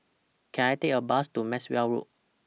Can I Take A Bus to Maxwell Road